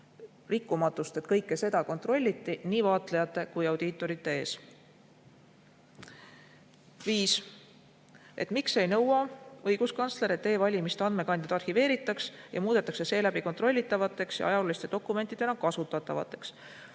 rikkumatus – kõike seda kontrolliti nii vaatlejate kui audiitorite ees. Küsimus nr 5: miks ei nõua õiguskantsler, et e-valimiste andmekandjad arhiveeritaks ja muudetaks seeläbi kontrollitavateks ja ajalooliste dokumentidena kasutatavateks?